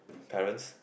parents